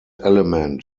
element